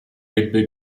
ebbe